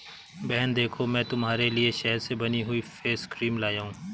बहन देखो मैं तुम्हारे लिए शहद से बनी हुई फेस क्रीम लाया हूं